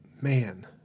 man